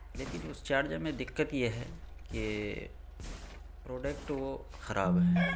لیکن اس چارجر میں دقت یہ ہے کہ پروڈکٹ وہ خراب ہے